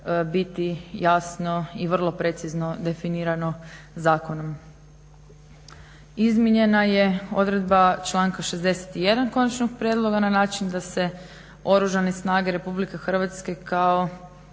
biti jasno i vrlo precizno definirano zakonom. Izmijenjena je odredba članka 61. Konačnog prijedloga na način da se Oružane snage Republike Hrvatske kao